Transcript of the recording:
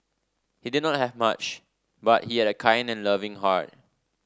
he did not have much but he had a kind and loving heart